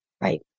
Right